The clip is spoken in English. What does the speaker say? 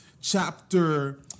chapter